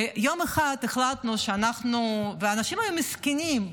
אנשים היו מסכנים,